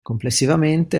complessivamente